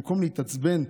במקום להתעצבן,